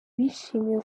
bishimiye